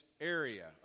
area